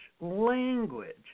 language